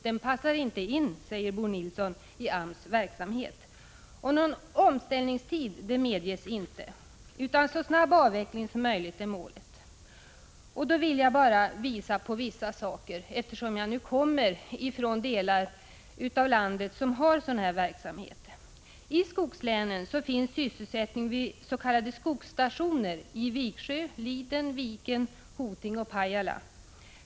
Den passar inte in i AMS verksamhet, säger Bo Nilsson. Någon omställningstid medges inte, utan målet är så snabb avveckling som möjligt. Jag vill peka på vissa saker, eftersom jag kommer från en av de delar av landet som har sådan här verksamhet. I skogslänen finns sysselsättning vid s.k. skogsstationer i Viksjö, Liden, Viken, Hoting och Pajala.